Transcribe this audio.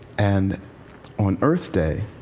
and on earth day,